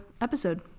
episode